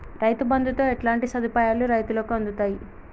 రైతు బంధుతో ఎట్లాంటి సదుపాయాలు రైతులకి అందుతయి?